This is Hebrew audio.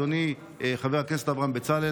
אדוני חבר הכנסת אברהם בצלאל.